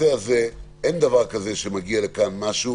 אין דבר כזה שמגיע לכאן משהו